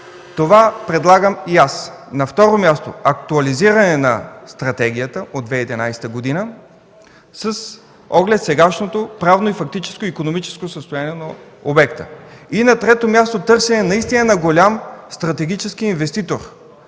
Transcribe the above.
това предлагам и аз. На второ място, актуализиране на стратегията от 2011 г. с оглед сегашното правно и фактическо икономическо състояние на обекта. И на трето място, търсене на голям стратегически инвеститор,